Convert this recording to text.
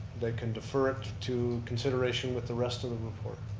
they can defer it to consideration with the rest of the report.